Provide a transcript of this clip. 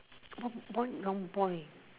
what boy wrong boy